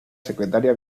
secretaria